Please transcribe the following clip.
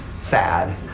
sad